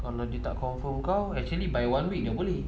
kalau dia tak confirm kau actually by one week dia boleh